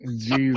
Jesus